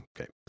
Okay